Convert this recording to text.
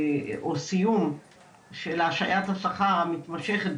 או סיום של השהיית השכר המתמשכת,